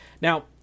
Now